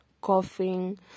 coughing